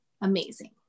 amazing